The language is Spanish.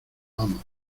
vamos